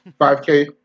5k